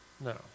No